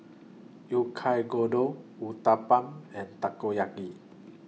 Oyakodon Uthapam and Takoyaki